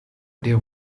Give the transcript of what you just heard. idea